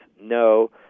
no